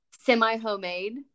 Semi-homemade